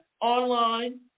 online